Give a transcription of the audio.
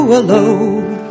alone